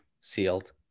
sealed